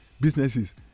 businesses